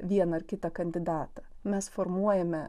vieną ar kitą kandidatą mes formuojame